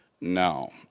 now